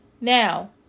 Now